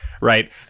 Right